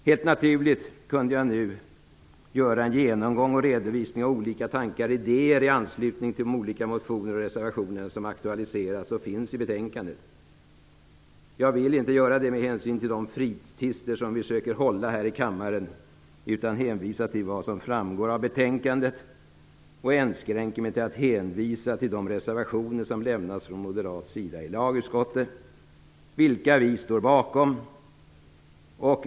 Helt naturligt kunde jag nu göra en genomgång och redovisning av olika tankar och idéer i anslutning till de olika motioner och reservationer som aktualiserats och finns i betänkandet. Jag vill inte göra det med hänsyn till de tidsfrister som vi försöker hålla här i kammaren, utan hänvisar till vad som framgår av betänkandet och inskränker mig till att hänvisa till de reservationer som lämnats från moderat sida i lagutskottet, vilka vi står bakom.